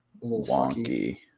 wonky